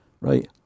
Right